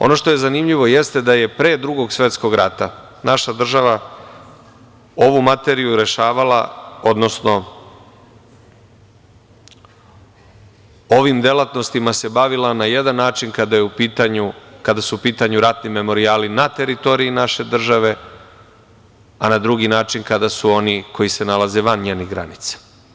Ono što je zanimljivo, jeste da je pre Drugog svetskog rata naša država ovu materiju rešavala, odnosno ovim delatnostima se bavila na jedan način kada su u pitanju ratni memorijali na teritoriji naše države, a na drugi način kada su oni koji se nalaze van njenih granica.